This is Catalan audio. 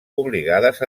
obligades